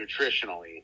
nutritionally